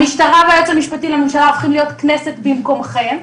המשטרה והיועץ המשפטי לממשלה הופכים להיות כנסת במקומכם,